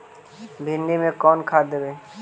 भिंडी में कोन खाद देबै?